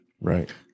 Right